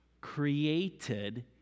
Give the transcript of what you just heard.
created